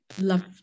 love